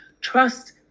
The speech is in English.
trust